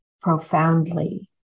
profoundly